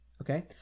okay